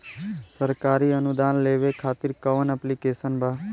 सरकारी अनुदान लेबे खातिर कवन ऐप्लिकेशन बा?